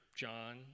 John